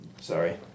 sorry